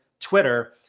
Twitter